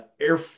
Air